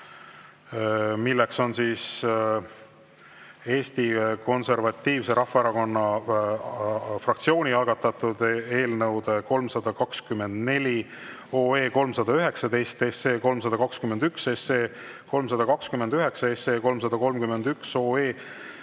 Need on siis Eesti Konservatiivse Rahvaerakonna fraktsiooni algatatud eelnõud 324 OE, 319 SE, 321 SE, 329 SE ning 326